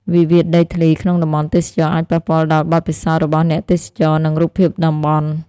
វិវាទដីធ្លីក្នុងតំបន់ទេសចរណ៍ អាចប៉ះពាល់ដល់បទពិសោធន៍របស់អ្នកទេសចរ និងរូបភាពតំបន់។